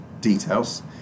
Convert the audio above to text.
details